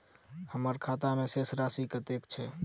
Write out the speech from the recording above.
हम्मर खाता मे शेष राशि कतेक छैय?